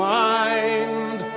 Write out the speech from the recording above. mind